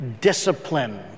discipline